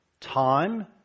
time